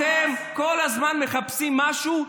אתם כל הזמן מחפשים משהו,